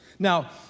Now